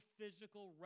physical